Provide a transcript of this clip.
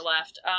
left